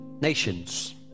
nations